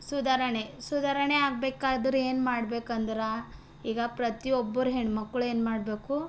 ಸುಧಾರಣೆ ಸುಧಾರಣೆ ಆಗ್ಬೇಕಾದ್ರೆ ಏನು ಮಾಡ್ಬೇಕೆಂದ್ರೆ ಈಗ ಪ್ರತಿಯೊಬ್ಬರೂ ಹೆಣ್ಮಕ್ಳು ಏನ್ಮಾಡ್ಬೇಕು